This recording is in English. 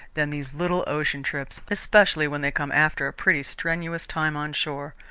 than these little ocean trips, especially when they come after a pretty strenuous time on shore.